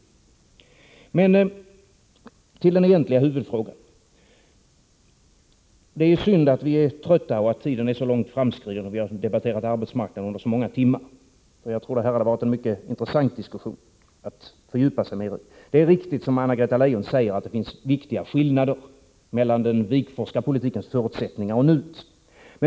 Till den egentliga huvudfrågan. Det är synd att vi är trötta och att tiden är så långt framskriden; vi har ju debatterat arbetsmarknad under så många timmar. Jag tror att det här skulle ha varit en mycket intressant diskussion att fördjupa sig mera i. Det är riktigt, som Anna-Greta Leijon säger, att det finns viktiga skillnader mellan den Wigforsska politikens förutsättningar och nuets.